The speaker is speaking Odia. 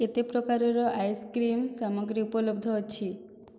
କେତେ ପ୍ରକାରର ଆଇସ୍କ୍ରିମ୍ ସାମଗ୍ରୀ ଉପଲବ୍ଧ ଅଛି